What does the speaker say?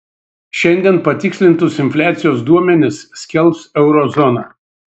šiandien patikslintus infliacijos duomenis skelbs euro zona